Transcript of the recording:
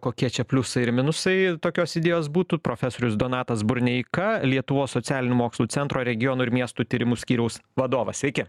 kokie čia pliusai ir minusai tokios idėjos būtų profesorius donatas burneika lietuvos socialinių mokslų centro regionų ir miestų tyrimų skyriaus vadovas sveiki